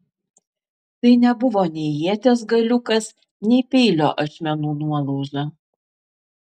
tai nebuvo nei ieties galiukas nei peilio ašmenų nuolauža